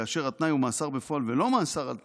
כאשר התנאי הוא מאסר בפועל ולא מאסר על תנאי,